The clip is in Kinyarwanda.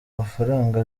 mafaranga